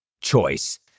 choice